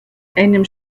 einem